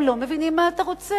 הם לא מבינים מה אתה רוצה,